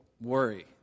worry